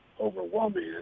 overwhelming